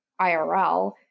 IRL